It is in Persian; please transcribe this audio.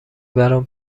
برام